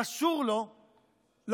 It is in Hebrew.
אסור לו לעסוק